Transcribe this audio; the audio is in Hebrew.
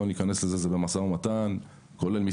זה במשא ומתן ולא נכנס לזה.